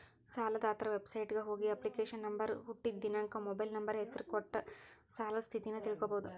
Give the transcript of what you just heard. ಸಾಲದಾತರ ವೆಬಸೈಟ್ಗ ಹೋಗಿ ಅಪ್ಲಿಕೇಶನ್ ನಂಬರ್ ಹುಟ್ಟಿದ್ ದಿನಾಂಕ ಮೊಬೈಲ್ ನಂಬರ್ ಹೆಸರ ಕೊಟ್ಟ ಸಾಲದ್ ಸ್ಥಿತಿನ ತಿಳ್ಕೋಬೋದು